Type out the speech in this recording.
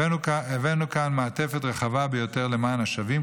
הבאנו כאן מעטפת רחבה ביותר למען השבים,